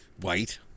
White